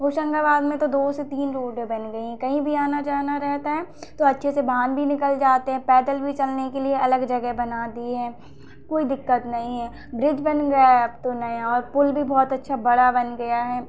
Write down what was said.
होशंगाबाद में तो दो से तीन रोडें बन गई हैं कहीं भी आना जाना रहता है तो अच्छे से वाहन भी निकल जाते हैं पैदल भी चलने के लिए अलग जगह बना दिए हैं कोई दिक्कत नहीं है ब्रिज बन गया है अब तो नया और पुल भी बहुत अच्छा बड़ा बन गया है